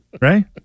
right